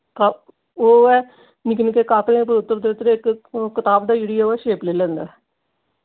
ते ओह् ऐ निक्के निक्के काकलें पर उतरदे उतरदे इक कताब दी जेह्ड़ी ऐ ओह् शेप लेई लैंदा